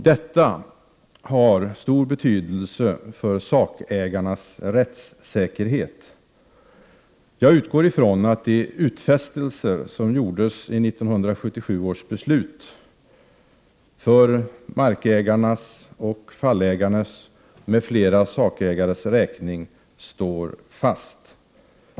Detta har stor betydelse för sakägarnas rättssäkerhet. Jag utgår ifrån att de utfästelser som gjordes i 1977 års beslut för markägarnas, fallägarnas och andra sakägares räkning står fast.